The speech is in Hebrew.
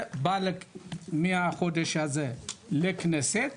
ובא מהחודש הזה לכנסת,